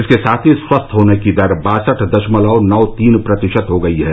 इसके साथ ही स्वस्थ होने की दर बासठ दशमलव नौ तीन प्रतिशत हो गई है